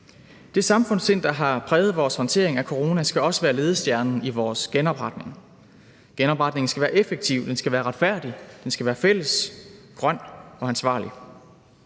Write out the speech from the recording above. Det samfundssind, der har præget vores håndtering af corona, skal også være ledestjernen i vores genopretning. Genopretningen skal være effektiv, den skal være retfærdig, den skal være fælles, grøn og ansvarlig.